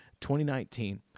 2019